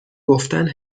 گفتن